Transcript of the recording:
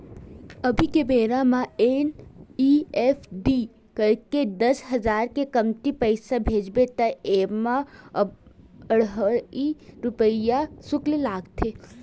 अभी के बेरा म एन.इ.एफ.टी करके दस हजार ले कमती पइसा भेजबे त एमा अढ़हइ रूपिया सुल्क लागथे